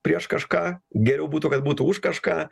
prieš kažką geriau būtų kad būtų už kažką